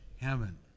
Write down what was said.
heaven